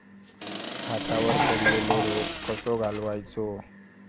भातावर पडलेलो रोग कसो घालवायचो?